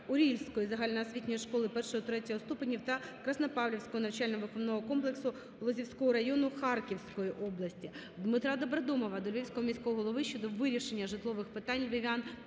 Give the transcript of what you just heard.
Орільської загальноосвітньої школи І -ІІІ ступенів та Краснопавлівського навчально-виховного комплексу Лозівського району Харківської області. Дмитра Добродомова до Львівського міського голови щодо вирішення житлових питань львів'ян